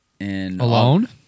Alone